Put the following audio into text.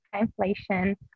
inflation